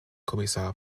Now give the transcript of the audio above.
kommissar